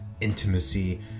intimacy